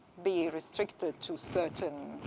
be restricted to certain